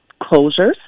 closures